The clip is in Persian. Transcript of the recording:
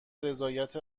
رضایت